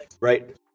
right